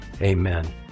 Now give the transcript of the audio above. amen